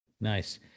Nice